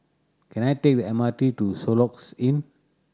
can I take the M R T to Soluxe Inn